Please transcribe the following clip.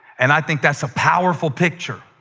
and i think that's a powerful picture.